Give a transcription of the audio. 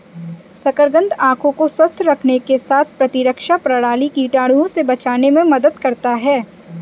शकरकंद आंखों को स्वस्थ रखने के साथ प्रतिरक्षा प्रणाली, कीटाणुओं से बचाने में मदद करता है